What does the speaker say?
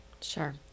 Sure